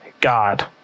God